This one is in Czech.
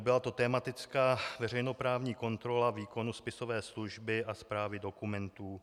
Byla to tematická veřejnoprávní kontrola výkonu spisové služby a správy dokumentů.